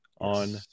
on